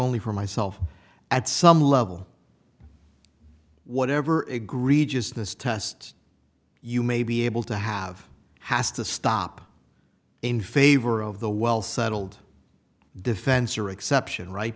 only for myself at some level whatever egregiousness test you may be able to have has to stop in favor of the well settled defense or exception right